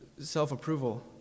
self-approval